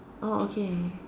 oh okay